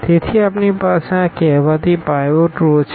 તેથી આપણી પાસે આ કહેવાતી પાઈવોટ રો છે